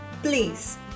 Please